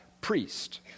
priest